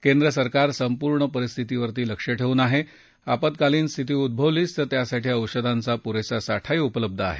केंद्र सरकार संपूर्ण परिस्थितीवर लक्ष ठेवून आहे आपत्कालीन स्थिती उझवलीच तर त्यासाठी औषधांचा पुरेसा साठीही उपलब्ध आहे